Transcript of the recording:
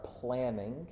planning